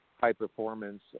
high-performance